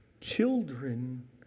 children